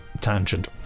tangent